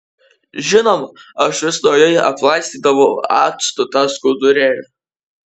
žinoma aš vis naujai aplaistydavau actu tą skudurėlį